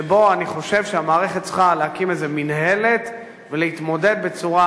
שבו אני חושב שהמערכת צריכה להקים איזה מינהלת ולהתמודד בצורה